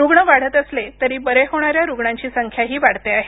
रुग्ण वाढत असले तरी बरे होणाऱ्या रुग्णांची संख्याही वाढते आहे